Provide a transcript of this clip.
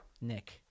Nick